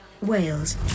Wales